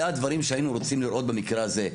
הדברים שהיינו רוצים לראות במקרה הזה,